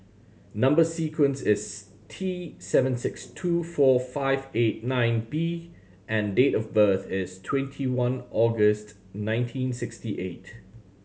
number sequence is T seven six two four five eight nine B and date of birth is twenty one August nineteen sixty eight